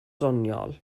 doniol